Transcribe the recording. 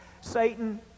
Satan